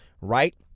right